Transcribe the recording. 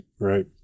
right